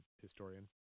historian